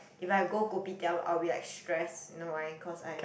if I go Kopitiam I'll be like stress you know why cause I